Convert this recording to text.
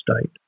state